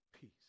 peace